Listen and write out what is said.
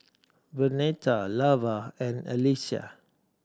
Vernetta Lavar and Allyssa